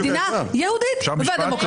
מדינה יהודית ודמוקרטית.